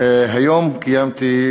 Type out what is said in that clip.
היום קיימתי,